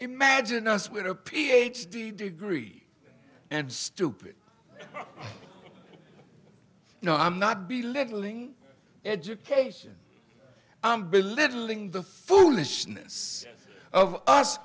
imagine us with a ph d degree and stupid no i'm not belittling education i'm belittling the foolishness of us